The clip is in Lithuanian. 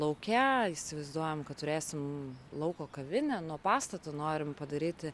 lauke įsivaizduojam kad turėsim lauko kavinę nuo pastato norim padaryti